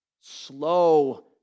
Slow